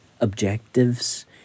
objectives